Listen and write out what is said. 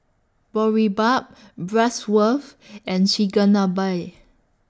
Boribap and Chigenabe